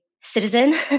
citizen